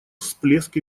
всплеск